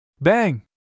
Bang